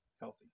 healthy